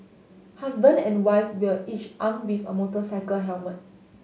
husband and wife were each armed with a motorcycle helmet